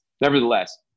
Nevertheless